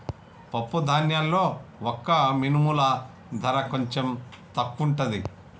పప్పు ధాన్యాల్లో వక్క మినుముల ధర కొంచెం తక్కువుంటది